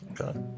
Okay